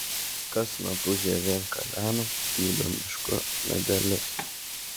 kas snapu žievėn kalena gydo miško medelius